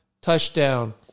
touchdown